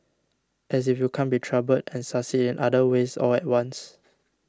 as if you can't be troubled and succeed in other ways all at once